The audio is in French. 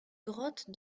grottes